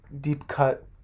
deep-cut